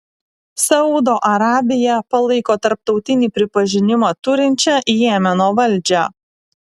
saudo arabija palaiko tarptautinį pripažinimą turinčią jemeno valdžią